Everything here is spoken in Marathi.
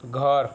घर